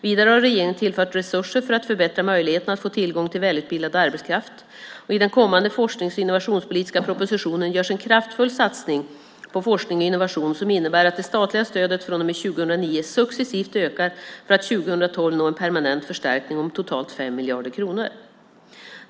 Vidare har regeringen tillfört resurser för att förbättra möjligheten att få tillgång till välutbildad arbetskraft. I den kommande forsknings och innovationspolitiska propositionen görs en kraftfull satsning på forskning och innovation som innebär att det statliga stödet från och med 2009 successivt ökar för att 2012 nå en permanent förstärkning om totalt 5 miljarder kronor.